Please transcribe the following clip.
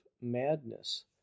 madness